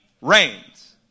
reigns